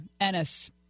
Ennis